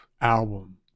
album